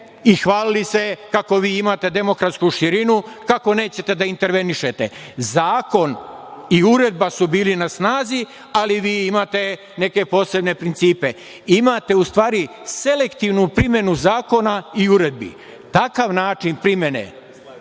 i hvalili se kako vi imate demokratsku širinu, kako nećete da intervenišete. Zakon i uredba su bili na snazi, ali vi imate neke posebne principe. Imate, u stvari, selektivnu primenu zakona i uredbi. Takav način primene